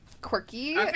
quirky